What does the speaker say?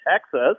Texas